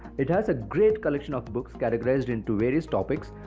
it has a great collection of books categorized into various topics,